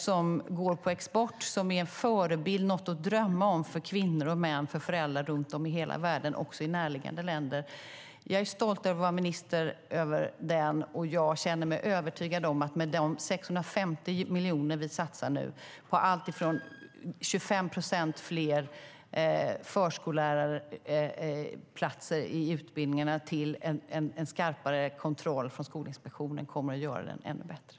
Den går på export, den är en förebild och den är något att drömma om för kvinnor och män och föräldrar runt om i hela världen - också i närliggande länder. Jag är stolt över att vara minister över förskolan, och jag känner mig övertygad om att med de 650 miljoner vi nu satsar på alltifrån 25 procent fler förskollärarplatser i utbildningarna till en skarpare kontroll från Skolinspektionen kommer att göra den ännu bättre.